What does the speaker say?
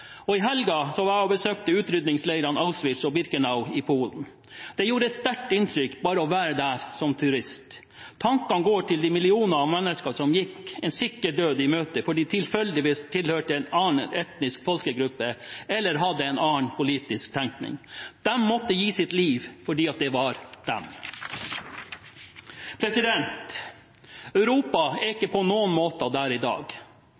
I helgen besøkte jeg utryddingsleirene Auschwitz og Birkenau i Polen. Det gjorde et sterkt inntrykk bare å være der som turist. Tankene går til de millioner av mennesker som gikk en sikker død i møte, fordi de tilfeldigvis tilhørte en annen etnisk folkegruppe eller hadde en annen politisk tenkning. De måtte gi sitt liv fordi de var «de». Europa er ikke på noen måte der i dag.